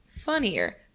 funnier